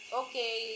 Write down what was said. okay